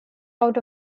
out